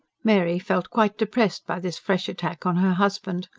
mary felt quite depressed by this fresh attack on her husband.